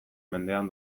mendean